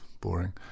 boring